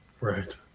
Right